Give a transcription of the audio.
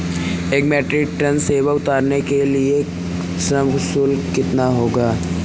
एक metric ton सेव उतारने का श्रम शुल्क कितना होगा?